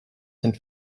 sind